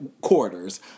quarters